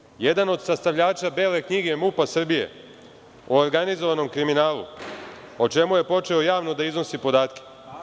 Boško Buha, jedan od sastavljača bele knjige MUP-a Srbije o organizovanom kriminalu, o čemu je počeo javno da iznosi podatke.